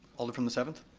alder from the seventh?